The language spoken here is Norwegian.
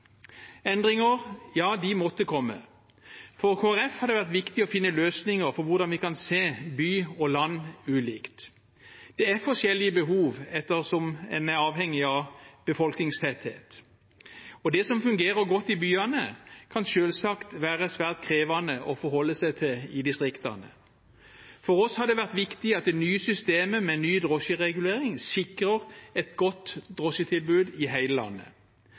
Endringer måtte komme. For Kristelig Folkeparti har det vært viktig å finne løsninger for hvordan vi kan se by og land ulikt. Det er forskjellige behov avhengig av befolkningstetthet, og det som fungerer godt i byene, kan selvsagt være svært krevende å forholde seg til i distriktene. For oss har det vært viktig at det nye systemet med ny drosjeregulering sikrer et godt drosjetilbud i hele landet.